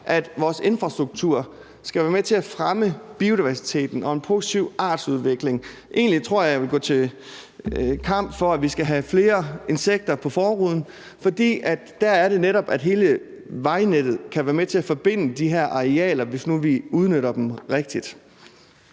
at vores infrastruktur skal være med til at fremme biodiversiteten og en positiv artsudvikling. Egentlig tror jeg, jeg vil gå til kamp for, at vi skal have flere insekter på forruden, for det er netop sådan, at hele vejnettet kan være med til at forbinde de her arealer, hvis nu vi udnytter dem rigtigt.